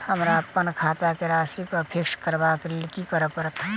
हमरा अप्पन खाता केँ राशि कऽ फिक्स करबाक लेल की करऽ पड़त?